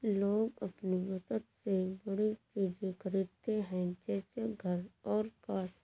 लोग अपनी बचत से बड़ी चीज़े खरीदते है जैसे घर और कार